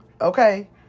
Okay